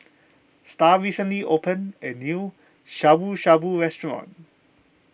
Star recently opened a new Shabu Shabu restaurant